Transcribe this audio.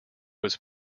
was